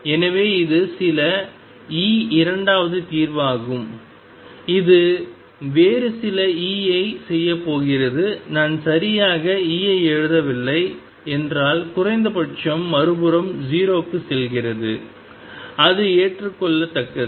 எனவே இது சில E இரண்டாவது தீர்வாகும் இது வேறு சில E ஐ செய்ய போகிறது நான் சரியாக E ஐ எழுதவில்லை என்றால் குறைந்தபட்சம் மறுபுறம் 0 க்கு செல்கிறது அது ஏற்றுக்கொள்ளத்தக்கது